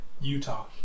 Utah